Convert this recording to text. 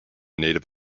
native